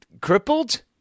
crippled